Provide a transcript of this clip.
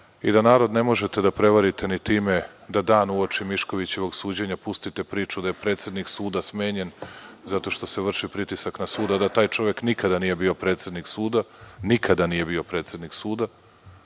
i da narod ne možete da prevarite ni time da dan uoči Miškovićevog suđenja pustite priču da je predsednik suda smenjen zato što se vrši pritisak na sud, a da taj čovek nikada nije bio predsednik suda. Nikada nije bio predsednik suda.